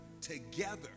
together